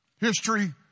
History